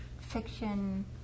fiction